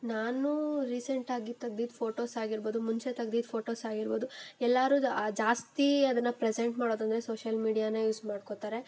ನಾನು ರೀಸೆಂಟಾಗಿ ತೆಗ್ದಿದ್ದ ಫೋಟೋಸಾಗಿರ್ಬೋದು ಮುಂಚೆ ತೆಗ್ದಿದ್ದ ಫೋಟೋಸಾಗಿರ್ಬೋದು ಎಲ್ಲರದು ಜಾಸ್ತಿ ಅದನ್ನು ಪ್ರೆಸೆಂಟ್ ಮಾಡೋದಂದರೆ ಸೋಶ್ಯಲ್ ಮೀಡ್ಯಾನೇ ಯೂಸ್ ಮಾಡ್ಕೊತಾರೆ